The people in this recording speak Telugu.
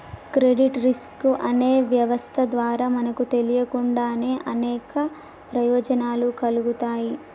క్రెడిట్ రిస్క్ అనే వ్యవస్థ ద్వారా మనకు తెలియకుండానే అనేక ప్రయోజనాలు కల్గుతాయి